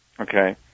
okay